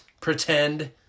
pretend